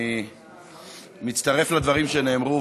אני מצטרף לדברים שנאמרו.